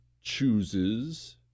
chooses